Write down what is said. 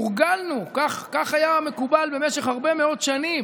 הורגלנו, כך היה מקובל במשך הרבה מאוד שנים,